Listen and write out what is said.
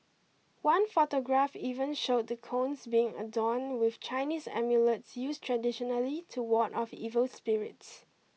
one photograph even showed the cones being adorn with Chinese amulets used traditionally to ward off evil spirits